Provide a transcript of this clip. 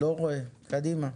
קדימה,